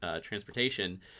transportation